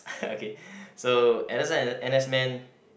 okay so N_S and N_S man